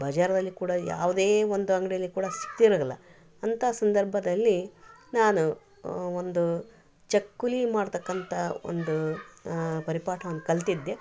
ಬಜಾರದಲ್ಲಿ ಕೂಡ ಯಾವುದೇ ಒಂದು ಅಂಗಡಿಯಲ್ಲಿ ಕೂಡ ಸಿಕ್ತಿರುದಿಲ್ಲ ಅಂಥಾ ಸಂದರ್ಭದಲ್ಲಿ ನಾನು ಒಂದು ಚಕ್ಕುಲಿ ಮಾಡ್ತಕ್ಕಂಥ ಒಂದು ಪರಿಪಾಠವನ್ನು ಕಲ್ತಿದ್ದೆ